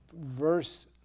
verse